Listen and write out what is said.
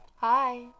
Hi